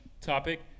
topic